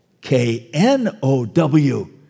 K-N-O-W